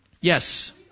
Yes